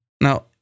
Now